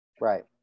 Right